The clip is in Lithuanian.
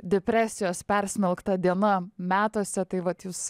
depresijos persmelkta diena metuose tai vat jūs